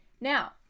Now